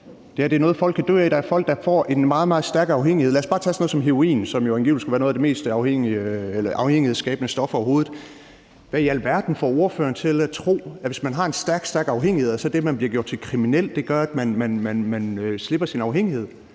Det her er noget, folk kan dø af; der er folk, der får en meget, meget stærk afhængighed af det. Lad os bare tage sådan noget som heroin, som jo angiveligt skulle være et af de mest afhængighedsskabende stoffer overhovedet – hvad i alverden får spørgeren til at tro, at hvis man har en meget stærk afhængighed og bliver gjort til kriminel, så vil man slippe sin afhængighed?